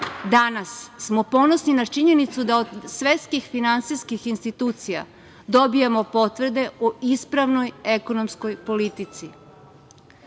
Danas smo ponosni na činjenicu da od svetskih finansijskih institucija dobijamo potvrde o ispravnoj ekonomskoj politici. Strane